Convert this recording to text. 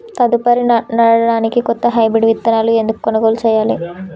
తదుపరి నాడనికి కొత్త హైబ్రిడ్ విత్తనాలను ఎందుకు కొనుగోలు చెయ్యాలి?